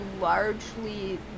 Largely